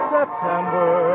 September